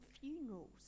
funerals